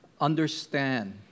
understand